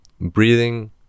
breathing